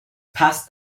past